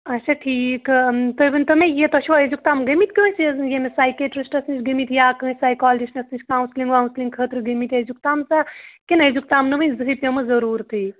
اچھا ٹھیٖک تُہۍ ؤنۍتَو مےٚ یہِ تۄہہِ چھُوا أزیُک تام گٲمٕتۍ کٲنٛسہِ ییٚمِس ساکیٹِرٛسٹَس نِش گٲمٕتۍ یا کٲنٛسہِ سایکالجِسٹَس نِش کاوسٕلِنٛگ واوسٕلِنٛگ خٲطرٕ گٲمٕتۍ أزیُک تام زانٛہہ کِنہٕ أزیُک تام نہٕ وُنہِ زٕہٕںٛے پیٚمٕژ ضٔروٗرتٕے